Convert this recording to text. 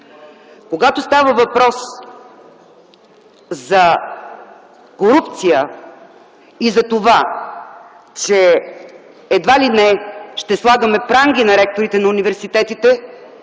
Когато става въпрос за корупция и за това, че едва ли не ще слагаме пранги на ректорите на университетите,